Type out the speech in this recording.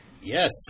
Yes